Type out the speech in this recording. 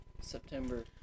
September